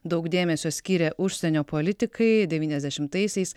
daug dėmesio skyrė užsienio politikai devyniasdešimtaisiais